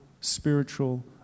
spiritual